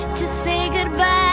to say goodbye.